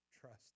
trust